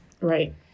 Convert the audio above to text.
Right